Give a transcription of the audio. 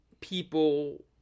people